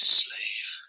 slave